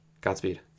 Godspeed